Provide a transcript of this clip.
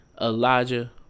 Elijah